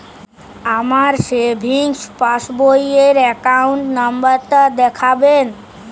আমার savings passbook র account number টা দেখাবেন?